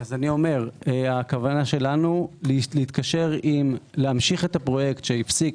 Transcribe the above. הכוונה שלנו להמשיך את הפרויקט שהפסיק